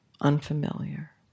unfamiliar